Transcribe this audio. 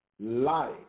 life